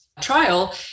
trial